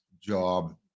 job